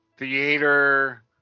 Theater